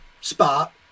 spot